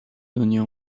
دنیا